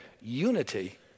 unity